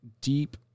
deep